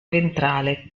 ventrale